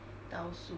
倒数